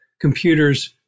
computers